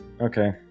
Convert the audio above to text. Okay